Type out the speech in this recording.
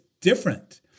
different